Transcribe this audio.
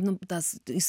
nu tas jis